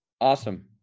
Awesome